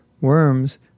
worms